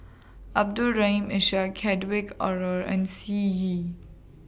Abdul Rahim Ishak Hedwig Anuar and Sun Yee